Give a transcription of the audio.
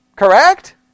Correct